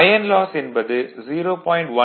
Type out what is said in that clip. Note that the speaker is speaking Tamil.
ஐயன் லாஸ் என்பது 0